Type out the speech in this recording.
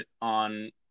on